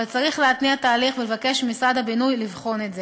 אבל צריך להתניע תהליך ולבקש ממשרד הבינוי והשיכון לבחון את זה.